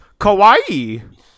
Kawaii